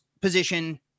position